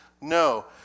No